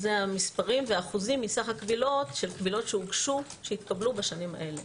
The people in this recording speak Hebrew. אלה המספרים והאחוזים מסך הקבילות של קבילות שהתקבלו בשנים האלה.